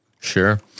Sure